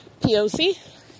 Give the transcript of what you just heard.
POC